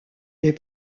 des